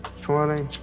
twenty,